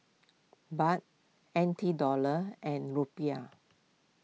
Baht N T Dollars and Rupiah